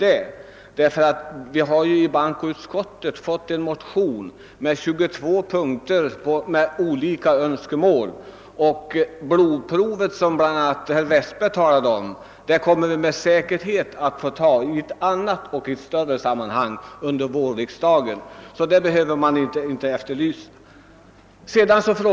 Till bankoutskottet har remitterats en motion med 22 punkter med olika önskemål på detta område. Det blodprov som bl.a. herr Westberg i Ljusdal talade om kommer vi med säkerhet att få ta i ett annat och större sammanhang under vårriksdagen. Det behöver man alltså inte efterlysa nu.